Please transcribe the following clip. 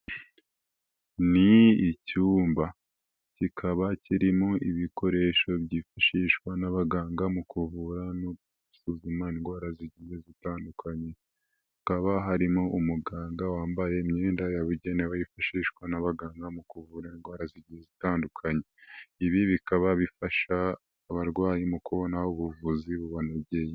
Ni icyumba kikaba kirimo ibikoresho byifashishwa n'abaganga mu kuvura no gusuzuma indwara zitandukanye. Hakaba harimo umuganga wambaye imyenda yabugenewe yifashishwa n'abaganga mu kuvura indwara ztandukanye. Ibi bikaba bifasha abarwayi mu kubona ubuvuzi.